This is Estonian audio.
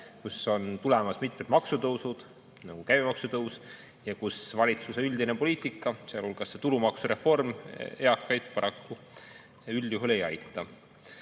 kus on tulemas mitmed maksutõusud, näiteks käibemaksu tõus, ja kus valitsuse üldine poliitika, sealhulgas tulumaksureform, eakaid paraku üldjuhul ei aita.